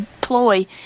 ploy